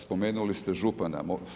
Spomenuli ste župana.